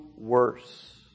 worse